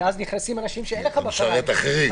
כי אז נכנסים אנשים שאין לכם בקרה עליהם,